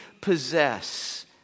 possess